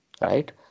right